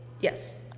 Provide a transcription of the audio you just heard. Yes